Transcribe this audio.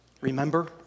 Remember